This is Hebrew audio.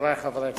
חברי חברי הכנסת,